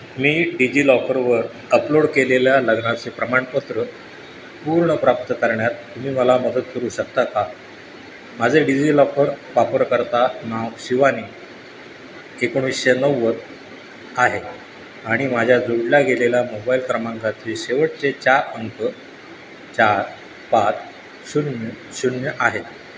मी डिजि लॉकरवर अपलोड केलेल्या लग्नाचे प्रमाणपत्र पूर्ण प्राप्त करण्यात तुम्ही मला मदत करू शकता का माझे डिजि लॉकर वापरकर्ता नाव शिवानी एकोणीसशे नव्वद आहे आणि माझ्या जोडल्या गेलेल्या मोबाईल क्रमांकातील शेवटचे चार अंक चार पाच शून्य शून्य आहेत